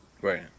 Right